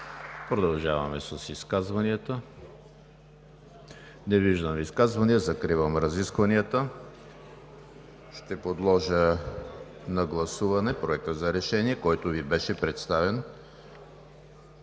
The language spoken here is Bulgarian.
Продължаваме с изказванията. Не виждам изказвания. Закривам разискванията. Подлагам на гласуване Проекта за решение, който Ви беше представен